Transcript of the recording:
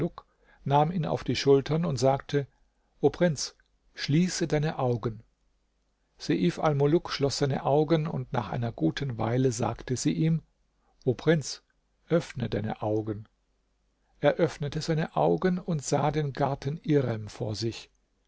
nahm ihn auf die schultern und sagte o prinz schließe deine augen seif almuluk schloß seine augen und nach einer guten weile sagte sie ihm o prinz öffne deine augen er öffnete seine augen und sah den garten irem vor sich